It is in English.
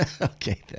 Okay